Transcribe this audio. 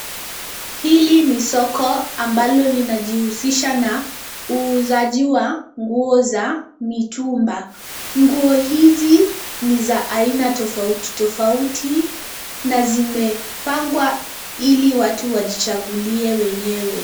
Hili ni soko ambalo linajihusisha na uuzaji wa nguo za mitumba. Nguo hizi ni za aina tofauti tofauti na zimepangwa ili watu wajichagulie wenyewe.